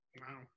Wow